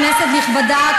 כנסת נכבדה,